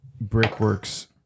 brickworks